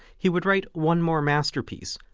he would write one more masterpiece,